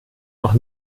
noch